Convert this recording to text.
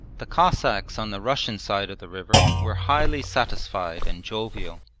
the cossacks on the russian side of the river were highly satisfied and jovial.